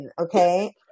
Okay